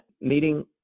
meeting